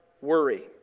worry